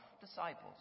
disciples